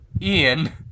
Ian